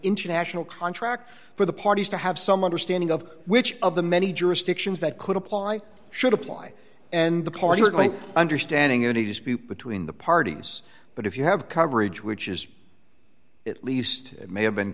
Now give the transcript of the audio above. international contract for the parties to have some understanding of which of the many jurisdictions that could apply should apply and the party going understanding in a dispute between the parties but if you have coverage which is at least may have been